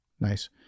nice